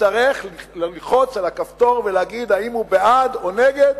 יצטרך ללחוץ על הכפתור ולהגיד אם הוא בעד או נגד